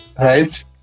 Right